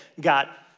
got